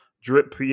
drip